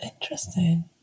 Interesting